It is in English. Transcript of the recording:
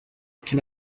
can